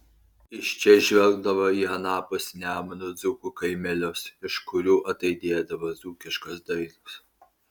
iš čia žvelgdavo į anapus nemuno dzūkų kaimelius iš kurių ataidėdavo dzūkiškos dainos